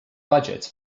budgets